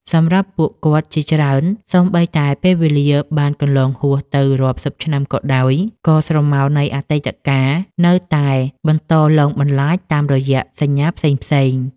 សម្រាប់ពួកគាត់ជាច្រើន សូម្បីតែពេលវេលាបានកន្លងហួសទៅរាប់សិបឆ្នាំក៏ដោយ ក៏ស្រមោលនៃអតីតកាលនៅតែបន្តលងបន្លាចតាមរយៈសញ្ញាផ្សេងៗ។